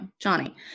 Johnny